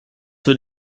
will